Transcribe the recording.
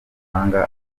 utasanga